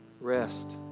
Rest